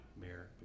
Mayor